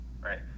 right